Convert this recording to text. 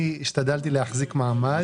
השתדלתי להחזיק מעמד.